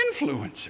Influencers